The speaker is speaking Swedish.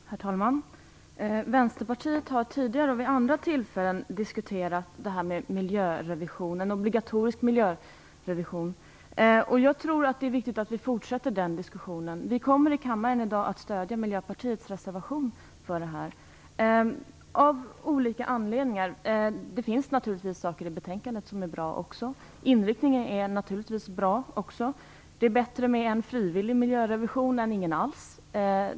Herr talman! Vänsterpartiet har tidigare och vid andra tillfällen diskuterat frågan om obligatorisk miljörevision. Jag tror att det är viktigt att vi fortsätter den diskussionen. Vi kommer av olika anledningar att stödja Miljöpartiets reservation. I betänkandet finns sådant som är bra. Inledningen är bra. Det är bättre med en frivillig miljörevision än ingen alls.